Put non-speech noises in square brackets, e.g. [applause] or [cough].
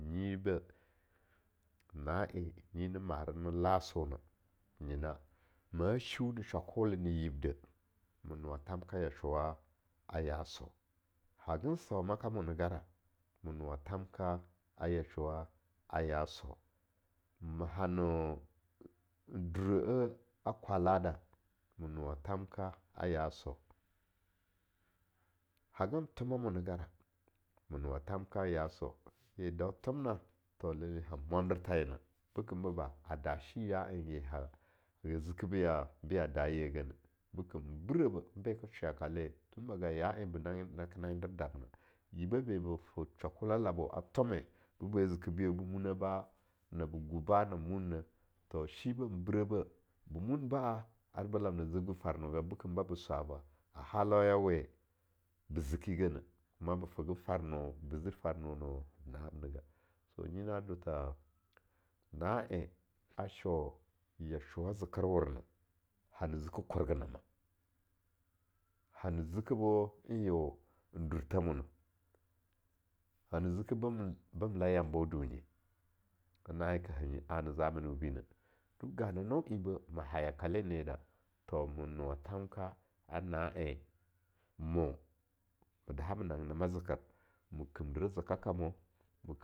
Ye be na en nyini mare ne la sona nyina ma shiuni shwakolene yibda ma nowa thanka yashowa a yaa so. Hagan san maka muna gara, ma nowa thanka a yashowa a yaa so, ma hano n [noise] dureh-eh a kwala da, ma nowa thanka a ya so, hagan thome mona gada, ma nowa thanka a yaso, ye dau thomna, to lallai han mwam dertha yena, bekembo ba, a da shi ya en ye ha ye hani ziki biya da ye ganeh, bekem n brehbeh be ka shwe yakale, tun baga ya en be nangen nake nanggender daka na, yibeh beba fo shwakolala bo a thome baba ziki be bebo muna ba'a, nab guh ba'a nab munne, to shibeh mbreh ba ba mun ba'a ar bellam na zibge farno ga bekem babo swaba; a halauya we be zikigeneh, kuma be fega farno, be zirfarno ne na amnaga to nyi na do tha na en a shau yashowa zekerwor na, hana ziki kurginana, hana zki bo en yeo n durthe mona, hana ziki bem la yambo dunye, nyena na enka hanyi anna zamani wibineh, ganano enbeh ma ha yakale ne ye da, to ma nyowa thamka a na en mo ma daha ma nanggenama zeker, me kimdireh zekakamo, ma.